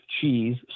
cheese